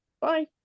bye